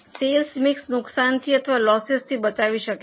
cells mix નુકસાનથી અથવા લોસસથી બચાવી શકે છે